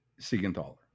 Siegenthaler